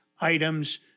items